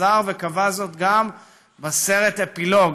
וחזר וקבע זאת גם בסרט "אפילוג",